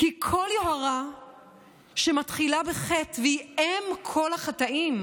כי כל יוהרה שמתחילה בחטא והיא אם כל החטאים,